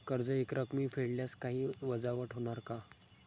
कर्ज एकरकमी फेडल्यास काही वजावट होणार का?